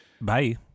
Bye